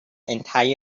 entire